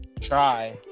try